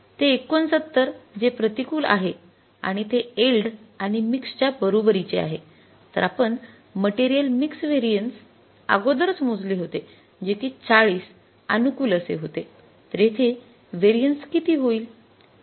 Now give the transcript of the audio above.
ते ६९ जे प्रतिकूल आहे आणि ते एल्ड आणि मिक्स च्या बरोबरीचे आहे तर आपण मटेरियल मिक्स व्हेरिएन्स अगोदर च मोजले होते जे कि ४० अनुकूल असे होते तर येथे व्हेरिएन्स किती होईल